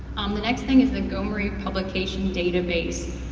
um the next thing is the gomri publication database.